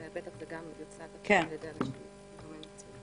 זה בטח יוצג גם על ידי הגורמים עצמם.